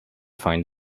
find